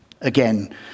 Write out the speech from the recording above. again